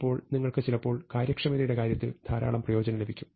അപ്പോൾ നിങ്ങൾക്ക് ചിലപ്പോൾ കാര്യക്ഷമതയുടെ കാര്യത്തിൽ ധാരാളം പ്രയോജനം ലഭിക്കും